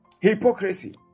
Hypocrisy